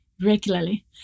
regularly